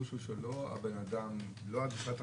הפירוש הוא שלא הבן אדם --- אלא מישהו אחר.